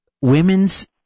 women's